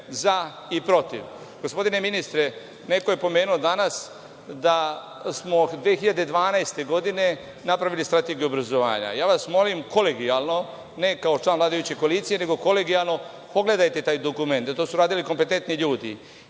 za i protiv. Gospodine ministre, neko je pomenuo danas da smo 2012. godine na pravili Strategiju obrazovanja. Ja vas molim kolegijalno, ne kao član vladajuće koalicije, nego kolegijalno, pogledajte taj dokument, jer to su radili kompetentni ljudi.